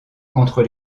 contre